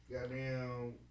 goddamn